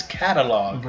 catalog